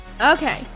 Okay